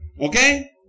Okay